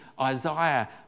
Isaiah